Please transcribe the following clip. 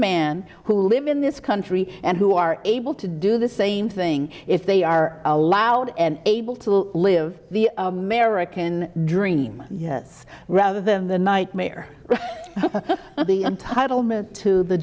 man who live in this country and who are able to do the same thing if they are allowed and able to live the american dream yes rather than the nightmare of the untitled to the